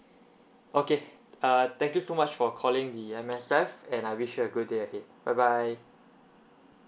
okay uh thank you so much for calling the M_S_F and I wish a good day ahead bye bye